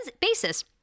basis